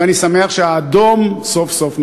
ואני שמח שהאדום סוף-סוף ניצח.